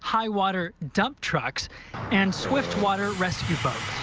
high-water dump instructs and swift water rescue boats.